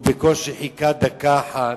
הוא בקושי חיכה דקה אחת,